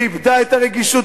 שאיבדה את הרגישות